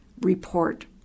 report